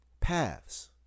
paths